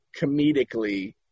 comedically